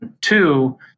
two